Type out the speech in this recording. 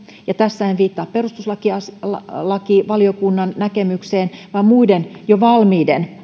ja tässä en viittaa perustuslakivaliokunnan näkemykseen vaan muihin jo valmiisiin